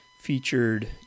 featured